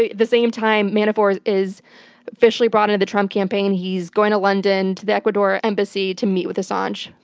the the same time manafort is officially brought into the trump campaign, he's going to london to the ecuador embassy to meet with assange.